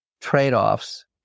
trade-offs